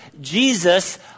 Jesus